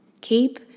Keep